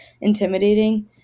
intimidating